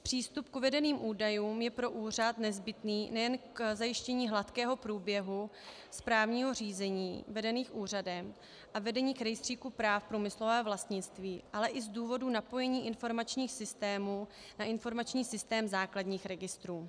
Přístup k uvedeným údajům je pro úřad nezbytný nejen k zajištění hladkého průběhu právních řízení vedených úřadem a vedení rejstříku práv průmyslového vlastnictví, ale i z důvodu napojení informačních systémů na informační systém základních registrů.